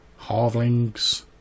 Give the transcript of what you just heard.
halflings